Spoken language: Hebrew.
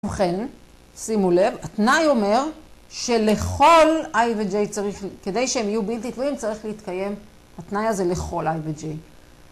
ובכן, שימו לב, התנאי אומר שלכל I ו-J, כדי שהם יהיו בלתי תלויים, צריך להתקיים התנאי הזה לכל I ו-J.